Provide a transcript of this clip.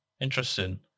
Interesting